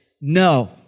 no